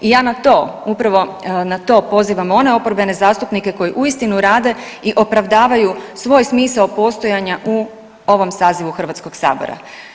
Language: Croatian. I ja na to upravo na to pozivam one oporbene zastupnike koji uistinu rade i opravdavaju svoj smisao postojanja u ovom sazivu Hrvatskog sabora.